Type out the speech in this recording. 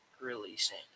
releasing